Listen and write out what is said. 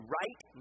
right